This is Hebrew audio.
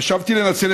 חבר